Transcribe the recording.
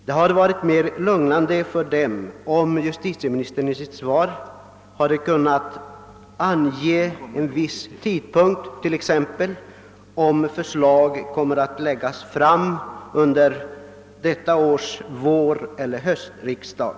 Det hade varit mer lugnande för dem om justitieministern i sitt svar kunnat ange en viss tidpunkt, t.ex. om förslag kommer att läggas fram under innevarande års våreller höstriksdag.